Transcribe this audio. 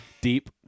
Deep